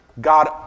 God